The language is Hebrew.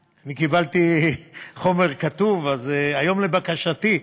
אני קיבלתי חומר כתוב: היום לבקשתי,